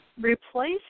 replace